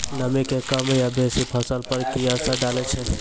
नामी के कम या बेसी फसल पर की असर डाले छै?